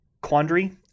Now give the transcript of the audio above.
quandary